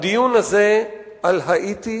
הדיון הזה על האיטי